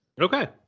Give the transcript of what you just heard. Okay